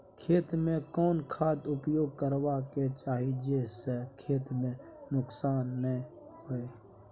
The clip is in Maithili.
खेत में कोन खाद उपयोग करबा के चाही जे स खेत में नुकसान नैय होय?